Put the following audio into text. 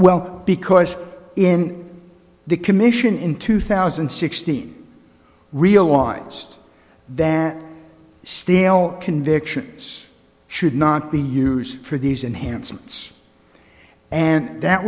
well because in the commission in two thousand and sixteen realized that stale convictions should not be used for these in hansoms and that